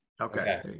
Okay